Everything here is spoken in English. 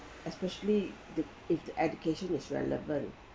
especially the if the education is relevant